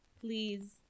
please